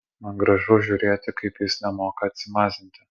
man gražu žiūrėti kaip jis nemoka atsimazinti